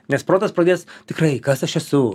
nes protas pradės tikrai kas aš esu